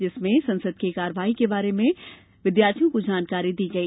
जिसमें संसद की कार्यवाही के बारे में विद्यार्थियों को जानकारी दी गई